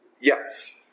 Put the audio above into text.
yes